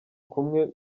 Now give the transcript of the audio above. kumwe